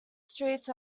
streets